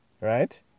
right